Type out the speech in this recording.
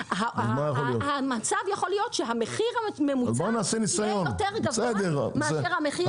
המצב יכול להיות שהמחיר הממוצע יהיה גבוה יותר,